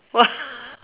what